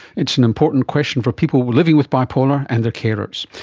it's an important question for people living with bipolar and their carers.